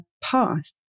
path